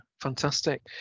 fantastic